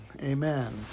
Amen